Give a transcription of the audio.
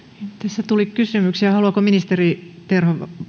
tässä tuli kysymyksiä haluaako ministeri terho